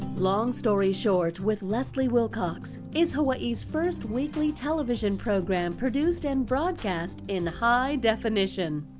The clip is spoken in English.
long story short with leslie wilcox is hawaii's first weekly television program produced and broadcast in high definition.